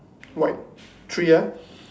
white three ah